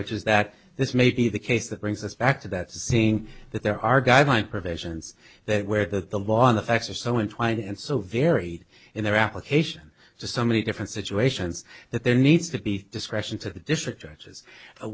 which is that this may be the case that brings us back to that saying that there are guidelines provisions that where the law and the facts are so intertwined and so varied in their application to so many different situations that there needs to be discretion to the district